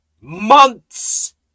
months